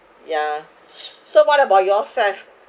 yeah so what about yourself